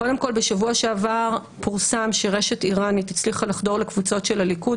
בשבוע שעבר פורסם שרשת איראנית הצליחה לחדור לקבוצות של הליכוד